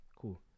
Cool